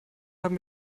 haben